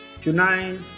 Tonight